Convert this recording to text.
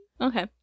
Okay